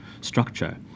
structure